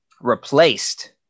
Replaced